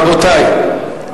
רבותי,